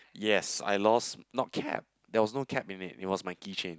yes I lost not cap there was no cap in it it was my keychain